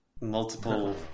multiple